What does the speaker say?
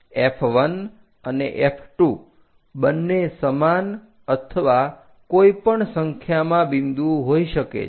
F1 અને F2 બંને સમાન અથવા કોઈપણ સંખ્યામાં બિંદુ હોઈ શકે છે